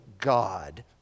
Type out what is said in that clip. God